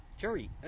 Jerry